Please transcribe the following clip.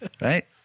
right